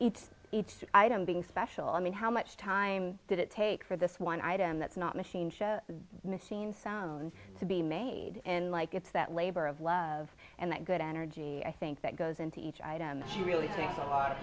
each item being special i mean how much time did it take for this one item that's not machine show machine sewn to be made in like it's that labor of love and that good energy i think that goes into each item and you really think a lot